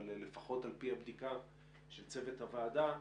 לפחות על פי הבדיקה של צוות הוועדה,